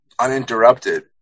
Uninterrupted